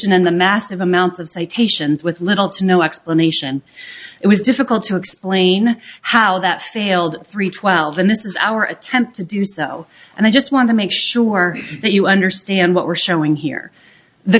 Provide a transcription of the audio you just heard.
and the massive amounts of citations with little to no explanation it was difficult to explain how that failed three twelve and this is our attempt to do so and i just want to make sure that you understand what we're showing here the